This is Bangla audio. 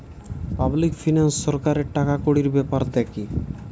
পাবলিক ফিনান্স সরকারের টাকাকড়ির বেপার দ্যাখে